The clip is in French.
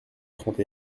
trente